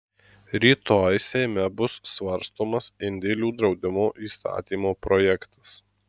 rytoj seime bus svarstomas indėlių draudimo įstatymo projektas